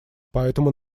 поэтому